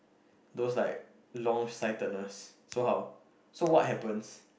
those like long sightedness so how so what happens